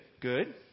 good